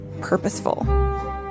purposeful